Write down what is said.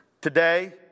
Today